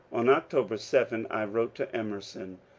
on october seven i wrote to emerson,